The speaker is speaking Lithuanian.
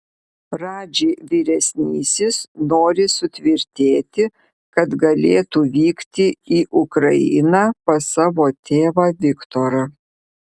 radži vyresnysis nori sutvirtėti kad galėtų vykti į ukrainą pas savo tėvą viktorą